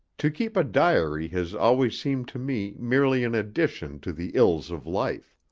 to keep a diary has always seemed to me merely an addition to the ills of life.